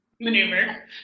maneuver